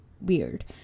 weird